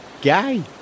Gay